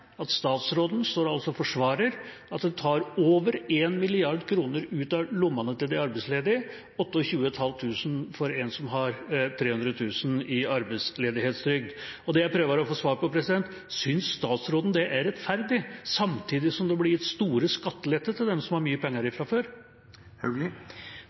at hun står og forsvarer at hun tar over 1 mrd. kr ut av lomma til de arbeidsledige, 28 500 kr for en som har 300 000 kr i arbeidsledighetstrygd. Det jeg prøver å få svar på, er: Synes statsråden det er rettferdig – samtidig som det blir gitt store skatteletter til dem som har mye penger